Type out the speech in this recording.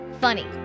funny